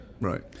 Right